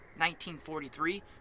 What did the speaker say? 1943